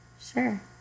Sure